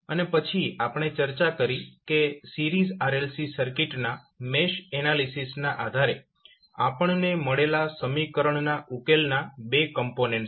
અને પછી આપણે ચર્ચા કરી કે સિરીઝ RLC સર્કિટના મેશ એનાલિસીસ ના આધારે આપણને મળેલા સમીકરણના ઉકેલના બે કોમ્પોનેન્ટ્સ છે